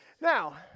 Now